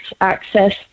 access